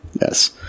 Yes